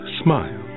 smile